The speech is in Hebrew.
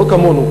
לא כמונו